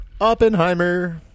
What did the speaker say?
Oppenheimer